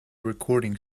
recording